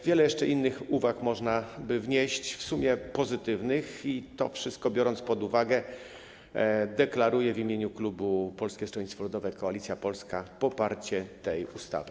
Wiele jeszcze innych uwag można by wnieść, w sumie pozytywnych, i to wszystko biorąc pod uwagę, deklaruję w imieniu klubu Polskie Stronnictwo Ludowe - Koalicja Polska poparcie tej ustawy.